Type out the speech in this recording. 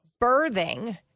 birthing